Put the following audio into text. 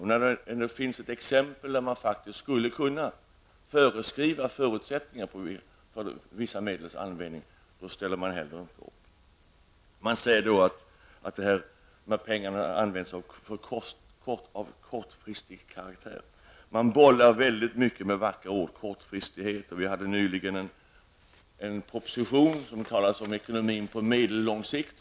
Nu finns det ju ändå ett exempel där man faktiskt skulle kunna föreskriva förutsättningar för vissa medels användning, men inte heller då ställer man upp. Man säger att dessa pengar är av kortfristig karaktär. Man bollar väldigt mycket med vackra ord. Man talar om kortfristighet, och nyligen hade vi en proposition som talade om ekonomin på medellång sikt.